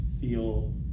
feel